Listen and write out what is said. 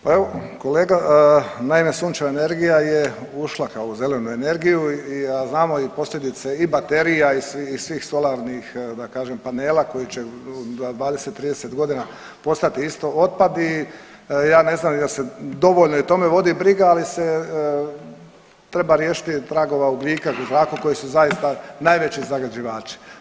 Pa evo kolega, naime sunčeva energija je ušla kao u zelenu energiju i, a znamo i posljedice i baterija i svih solarnih da kažem panela koji će za 20-30 godina postati isto otpad i ja ne znam jel se dovoljno i o tome vodi briga, ali se treba riješiti tragova ugljika u zraku koji su zaista najveći zagađivači.